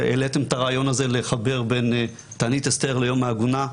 העליתם את היום הזה לחבר בין תענית אסתר ליום העגונה,